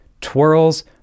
twirls